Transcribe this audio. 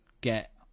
get